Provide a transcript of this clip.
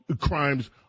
crimes